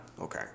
Okay